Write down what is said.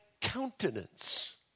countenance